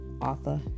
author